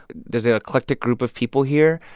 there's a eclectic group of people here.